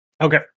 okay